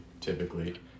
typically